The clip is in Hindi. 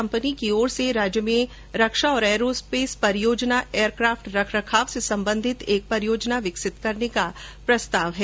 कंपनी की ओर से राज्य में रक्षा और एयरोस्पेस परियोजना एयरक्राफ्ट रखरखाव से संबंधित एक परियोजना विकसित करने का प्रस्ताव है